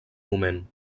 moment